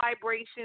vibrations